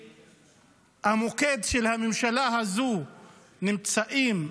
במוקד של הממשלה הזאת נמצאים הקיצונים,